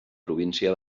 província